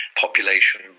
population